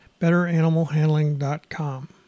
betteranimalhandling.com